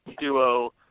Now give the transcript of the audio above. duo –